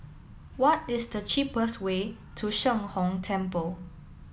what is the cheapest way to Sheng Hong Temple